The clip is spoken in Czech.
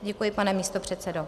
Děkuji, pane místopředsedo.